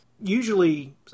Usually